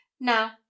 Now